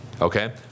okay